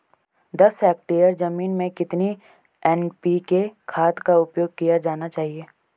दस हेक्टेयर जमीन में कितनी एन.पी.के खाद का उपयोग किया जाना चाहिए?